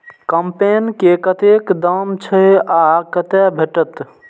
कम्पेन के कतेक दाम छै आ कतय भेटत?